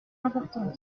importantes